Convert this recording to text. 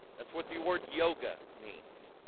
that's what the award yoga means